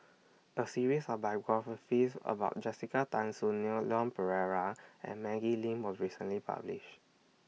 A series of biographies about Jessica Tan Soon Neo Leon Perera and Maggie Lim was recently published